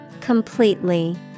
Completely